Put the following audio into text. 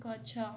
ଗଛ